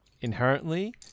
inherently